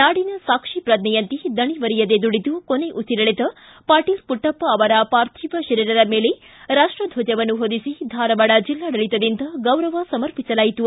ನಾಡಿನ ಸಾಕ್ಷೀ ಪ್ರಜ್ಞೆಯಂತೆ ದಣಿವರಿಯದೆ ದುಡಿದು ಕೊನೆ ಉಸಿರೆಳೆದ ಪಾಟೀಲ ಪುಟ್ಟಪ್ಪ ಅವರ ಪಾರ್ಥಿವ ಶರೀರದ ಮೇಲೆ ರಾಷ್ಟದ್ವಜವನ್ನು ಹೊದಿಸಿ ಧಾರವಾಡ ಜೆಲ್ಲಾಡಳಿತದಿಂದ ಗೌರವ ಸಮರ್ಪಿಸಲಾಯಿತು